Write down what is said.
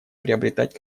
приобретать